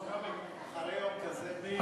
אחרי יום כזה.